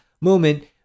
moment